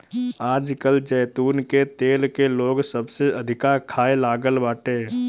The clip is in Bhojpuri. आजकल जैतून के तेल के लोग सबसे अधिका खाए लागल बाटे